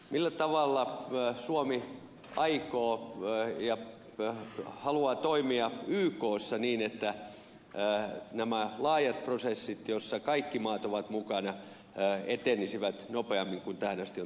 millä tavalla suomi aikoo ja haluaa toimia ykssa niin että nämä laajat prosessit joissa kaikki maat ovat mukana etenisivät nopeammin kuin tähän asti on tapahtunut